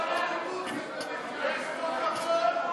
איפה הכבוד?